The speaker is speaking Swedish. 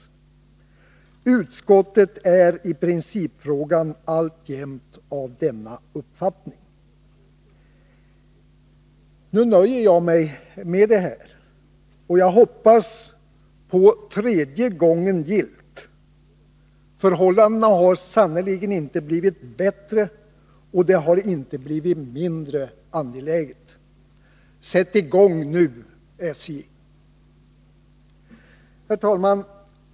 Utskottet är i principfrågan alltjämt av denna uppfattning.” Nu nöjer jag mig med detta och hoppas på tredje gången gillt. Förhållandena har sannerligen inte blivit bättre, och åtgärderna har inte blivit mindre angelägna. Sätt i gång nu, SJ! Herr talman!